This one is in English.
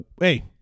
hey